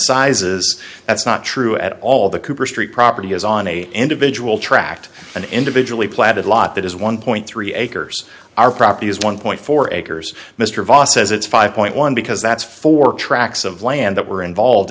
sizes that's not true at all the cooper street property is on a individual tract an individually planted lot that is one point three acres our property is one point four acres mr vos says it's five point one because that's four tracks of land that were involved